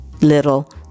little